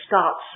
starts